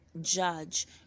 judge